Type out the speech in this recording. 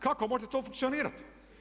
Kako može to funkcionirati?